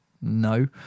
no